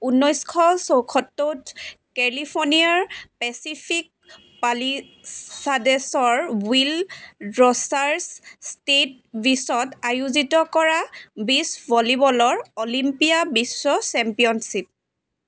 উনৈছশ চৌসত্তত কেলিফৰ্ণিয়াৰ পেচিফিক পালিচাডেছৰ উইল ৰ'জাৰ্ছ ষ্টেট বীচত আয়োজিত কৰা বীচ ভলীবলৰ অলিম্পিয়া বিশ্ব চেম্পিয়নশ্বিপ